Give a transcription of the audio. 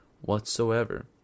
whatsoever